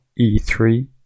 e3